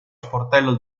sportello